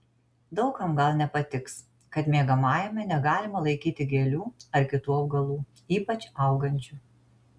daug kam gal nepatiks kad miegamajame negalima laikyti gėlių ar kitų augalų ypač augančių